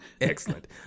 Excellent